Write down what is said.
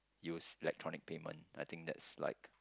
use electronic payment I think that's like